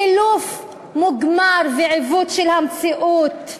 סילוף מוגמר ועיוות של המציאות.